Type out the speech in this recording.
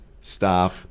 stop